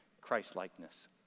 Christ-likeness